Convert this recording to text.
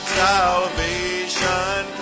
salvation